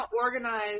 organize